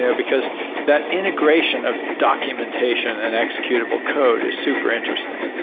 yeah because that integration of documentation and executable code is super interesting.